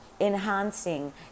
enhancing